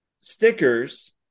stickers